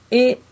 et